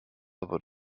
aber